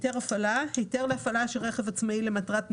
"היתר הפעלה" היתר להפעלה של רכב עצמאי למטרת ניסוי,